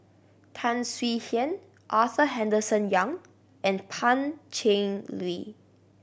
Tan Swie Hian Arthur Henderson Young and Pan Cheng Lui